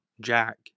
Jack